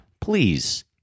please